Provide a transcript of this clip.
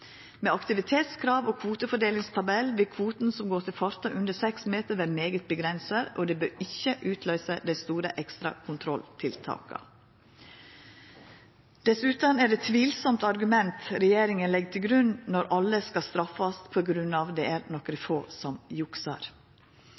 Med aktivitetskrav og kvotefordelingtabell vil kvoten som går til fartøy under seks meter, vera svært avgrensa. Det bør ikkje utløysa dei store ekstra kontrolltiltaka. Dessutan er det eit tvilsamt argument regjeringa legg til grunn når alle skal straffast på grunn av at nokre